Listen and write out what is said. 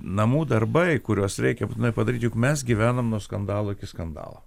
namų darbai kuriuos reikia būtinai padaryt juk mes gyvenam nuo skandalo iki skandalo